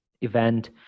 event